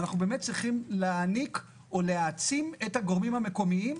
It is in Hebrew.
נצטרך להעצים את הגורמים המקומיים.